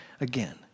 again